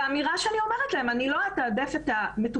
האמירה שאני אומרת להם היא שאני לא אתעדף את המטופלים